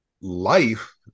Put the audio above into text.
life